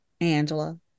Angela